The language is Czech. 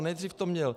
Nejdřív to měl...